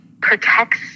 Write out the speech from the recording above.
protects